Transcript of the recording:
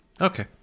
Okay